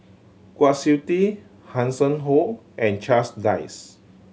Kwa Siew Tee Hanson Ho and Charles Dyce